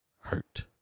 hurt